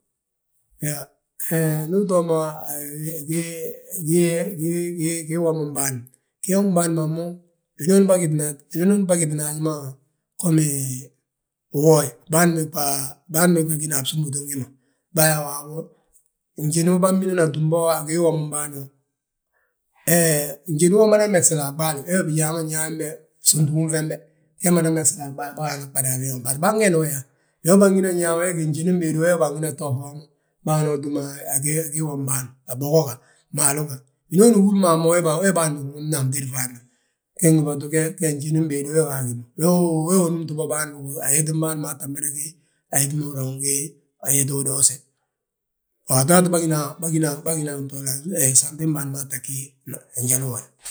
He ndu utoo mo a gii womim bâan ma, gii womim bâan ma mo, winooni bâgitinan haji ma gommii, uwooye bân bégba, bânba gína a bsúmtuutim wi ma. Bâyaa waabo, njini bâmídana túmbo a gii womin bâan wo. Hee njali ma umada megsile a ɓaale, we bijaa ma nyaanbe, fsutuguŋ fembe, fe mada megsile a ɓaale, bâgaana ɓalagi wii womma. Bari bân geena wi yaa, wi ma bânginan yaa mo wee gí, njinim béedi wo bângina to hoo mo, bâgana wi túm a gii womim bâan ma, a bogo ga, maalu ga? Hinooni húri be we bâan bég nwomna a tédi fo andommu. Ge gdúbatu ge njinin béede wee we ga a wi ma, nnúmti bo bâan ma ayetim bâan maa tta mada gí ayet ma húri yaa win gí ayetu udoose. Waato waati bâgína a a bto, santem bâan maa tta ggí njalu uwoda.